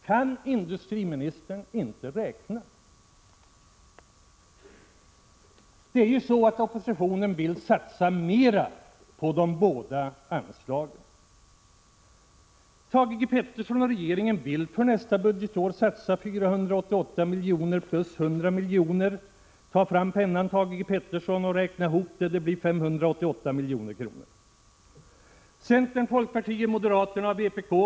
Kan industriministern inte räkna? Oppositionen vill nämligen satsa mera på de båda anslagen. För nästa budgetår vill Thage G. Peterson och regeringen satsa 488 milj.kr. plus 100 milj.kr. Tag fram pennan, Thage G. Peterson, och räkna ihop det — det blir 588 milj.kr. Centern, folkpartiet, moderaterna och vpk vill enbart på Prot.